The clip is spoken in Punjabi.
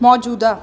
ਮੌਜੂਦਾ